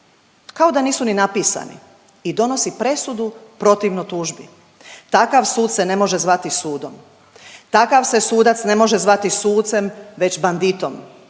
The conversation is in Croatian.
kao da nisu ni napisani i donosi presudu protivno tužbi. Takav sud se ne može zvati sudom. Takav se sudac ne može zvati sucem, već banditom